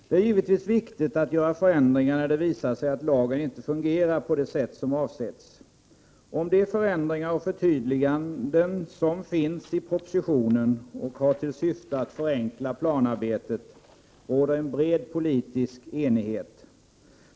Det är givetvis viktigt att göra förändringar, när det visar sig att lagen inte fungerar på det sätt som avsetts. Om de förändringar och förtydliganden som finns i propositionen, och som har till syfte att förenkla planarbetet, råder en bred politisk enighet.